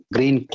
Green